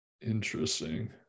interesting